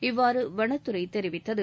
இவ்வாறு வனத்துறை தெரிவித்தது